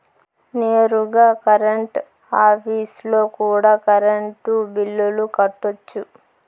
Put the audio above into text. నేరుగా కరెంట్ ఆఫీస్లో కూడా కరెంటు బిల్లులు కట్టొచ్చు